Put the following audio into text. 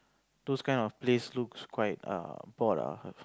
those kind of place looks quite err bored ah